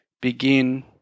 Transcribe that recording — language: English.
begin